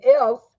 else